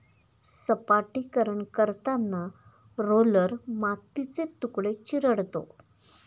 सपाटीकरण करताना रोलर मातीचे तुकडे चिरडतो